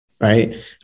right